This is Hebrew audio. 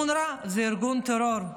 אונר"א הוא ארגון טרור,